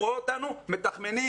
רואה אותנו מתחמנים,